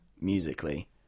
musically